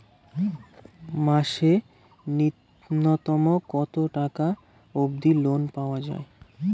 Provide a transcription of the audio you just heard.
মাসে নূন্যতম কতো টাকা অব্দি লোন পাওয়া যায়?